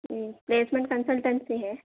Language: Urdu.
پلیسمنٹ کنسلٹینسی ہے